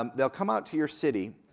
um they'll come out to your city.